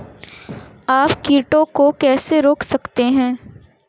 आप कीटों को कैसे रोक सकते हैं?